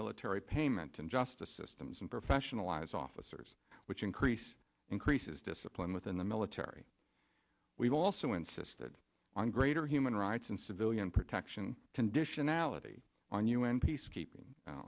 military payment and justice systems and professionalize officers which increase increases discipline within the military we've also insisted on greater human rights and civilian protection conditionality on un peacekeeping